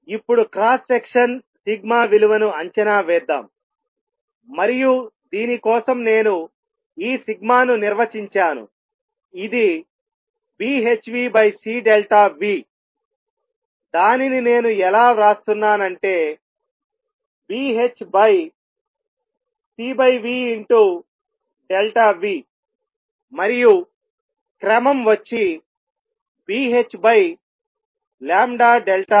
ఇప్పుడు cross section విలువను అంచనా వేద్దాం మరియు దీని కోసం నేను ఈ సిగ్మాను నిర్వచించాను ఇది Bhνcదానిని నేను ఎలా వ్రాస్తున్నాను అంటే Bhcమరియు క్రమము వచ్చి Bh